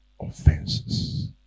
offenses